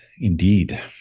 Indeed